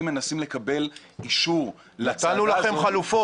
מנסים לקבל אישור לצעדה הזאת ולתת --- נתנו לכם חלופות.